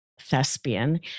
thespian